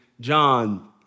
John